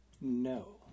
No